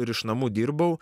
ir iš namų dirbau